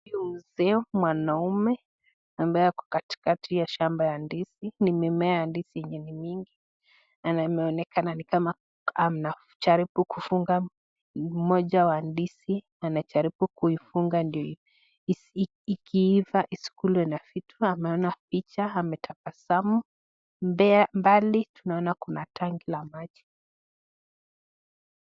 ...Mwanaume ambaye ako katikati ya shamba ya ndizi, ni mimea ya ndizi yenye ni mingi, na imeonekana ni kama anajaribu kufunga moja wa ndizi, anajaribu kuifunga ndio ikiiva isikulwe na vitu. Ameona picha ametabasamu. Mbali tunaona kuna tangi la maji.